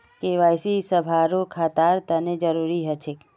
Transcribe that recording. KYC सभारो खातार तने जरुरी ह छेक